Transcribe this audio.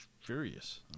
furious